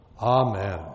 Amen